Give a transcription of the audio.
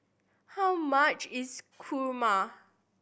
how much is kurma